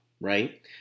right